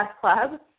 club